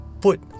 put